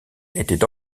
était